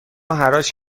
حراج